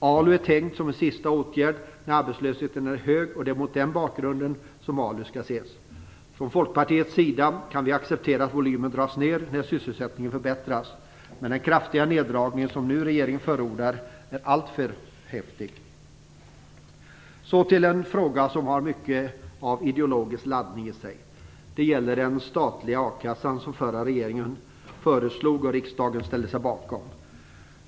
ALU är tänkt som en sista åtgärd när arbetslösheten är hög, och det är mot den bakgrunden som ALU skall ses. Folkpartiet kan acceptera att volymen dras ned när sysselsättningen förbättras, men den kraftiga neddragning som regeringen nu förordar är alltför häftig. Så till en fråga som har mycket av ideologisk laddning i sig. Det gäller den statliga a-kassan, som den förra regeringen föreslog och riksdagen ställde sig bakom.